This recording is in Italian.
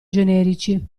generici